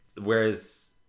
whereas